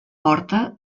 porta